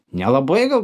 nelabai gal